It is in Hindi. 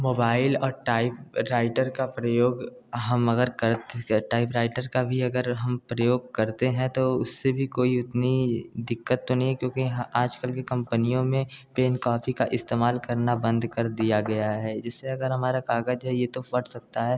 मोबाइल और टाइप राइटर का प्रयोग हम अगर टाइप राइटर का भी अगर हम प्रयोग करते हैं तो उससे भी कोई उतनी दिक्कत तो है नहीं है क्योंकि हाँ आज कल की कंपनियों में पेन काॅपी का इस्तेमाल करना बंद कर दिया गया है जिससे अगर हमारा कागज है ये तो फट सकता है